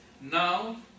Now